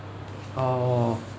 orh